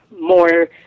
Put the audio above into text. more